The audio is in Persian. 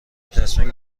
تصمیم